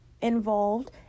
involved